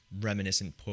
reminiscent